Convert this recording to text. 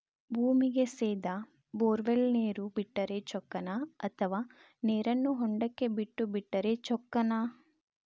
ಭೂಮಿಗೆ ಸೇದಾ ಬೊರ್ವೆಲ್ ನೇರು ಬಿಟ್ಟರೆ ಚೊಕ್ಕನ ಅಥವಾ ನೇರನ್ನು ಹೊಂಡಕ್ಕೆ ಬಿಟ್ಟು ಬಿಟ್ಟರೆ ಚೊಕ್ಕನ?